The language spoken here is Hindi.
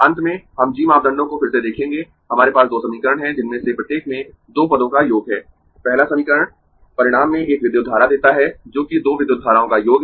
अंत में हम g मापदंडों को फिर से देखेंगें हमारे पास दो समीकरण है जिनमें से प्रत्येक में दो पदों का योग है पहला समीकरण परिणाम में एक विद्युत धारा देता है जोकि दो विद्युत धाराओं का योग है